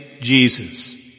Jesus